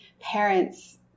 parents